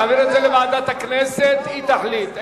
נעביר לוועדת הכנסת והיא תחליט.